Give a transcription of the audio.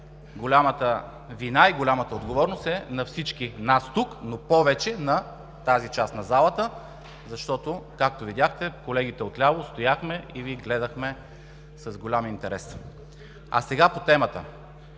голямата вина и голямата отговорност е на всички нас тук, но повече на тази част от залата, защото, както видяхте, колегите отляво стояхме и Ви гледахме с голям интерес. Сега по темата.